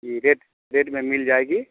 जी red red में मिल जाएगी